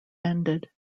ended